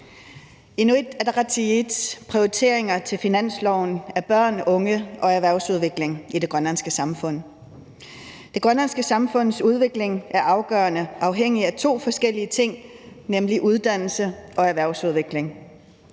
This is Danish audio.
Inuit Ataqatigiits prioriteringer til finansloven er børn, unge og erhvervsudvikling i det grønlandske samfund. Det grønlandske samfunds udvikling er afgørende afhængigt af to forskellige ting, nemlig uddannelse og erhvervsudvikling.